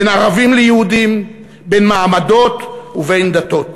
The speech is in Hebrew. בין ערבים ליהודים, בין מעמדות ובין דתות.